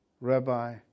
Rabbi